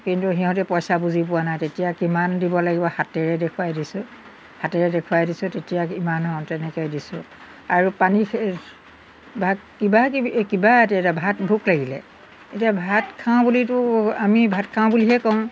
কিন্তু সিহঁতে পইচা বুজি পোৱা নাই তেতিয়া কিমান দিব লাগিব হাতেৰে দেখুৱাই দিছোঁ হাতেৰে দেখুৱাই দিছোঁ তেতিয়া ইমান অঁ তেনেকৈ দিছোঁ আৰু পানী ভাত কিবা কিবি কিবা তেতিয়া ভাত ভোক লাগিলে এতিয়া ভাত খাওঁ বুলি আমি ভাত খাওঁ বুলিহে কওঁ